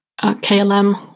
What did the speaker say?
KLM